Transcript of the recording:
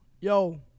Yo